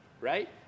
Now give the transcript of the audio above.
right